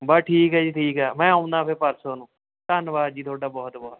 ਬਸ ਠੀਕ ਹੈ ਜੀ ਠੀਕ ਹੈ ਮੈਂ ਆਉਣਾ ਫਿਰ ਪਰਸੋਂ ਨੂੰ ਧੰਨਵਾਦ ਜੀ ਤੁਹਾਡਾ ਬਹੁਤ ਬਹੁਤ